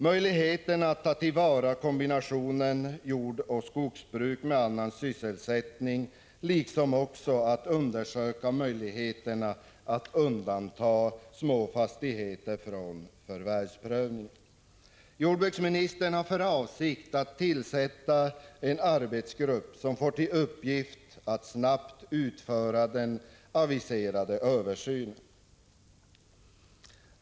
Möjligheterna att ta till vara kombinationen jordoch skogsbruk med annan sysselsättning liksom möjligheterna att undanta en del små fastigheter från förvärvsprövning bör undersökas. Jordbruksministern har för avsikt att tillsätta en arbetsgrupp som får till uppgift att snabbt utföra den aviserade översynen.